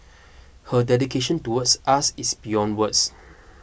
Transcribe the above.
her dedication towards us is beyond words